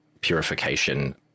purification